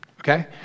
okay